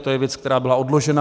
To je věc, která byla odložena.